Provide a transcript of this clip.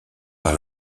par